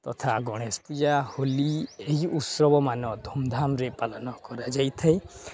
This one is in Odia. ତଥା ଗଣେଶ ପୂଜା ହୋଲି ଏହି ଉତ୍ସବ ମାନ ଧୁମଧାମରେ ପାଳନ କରାଯାଇଥାଏ